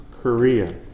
Korea